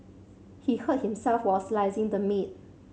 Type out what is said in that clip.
he hurt himself while slicing the meat